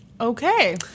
Okay